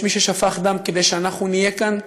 יש מי ששפך דם כדי שאנחנו נהיה כאן.